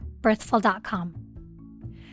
birthful.com